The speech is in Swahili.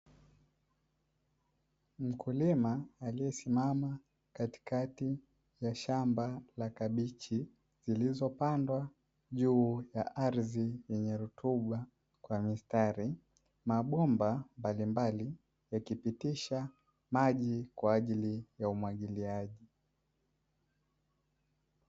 Mkulima aliyesimama katikati ya shamba la kabichi, zilizopandwa juu ya ardhi yenye rutuba kwa mistari mabomba mbalimbali yakipitisha maji kwaajili ya umwagiliaji.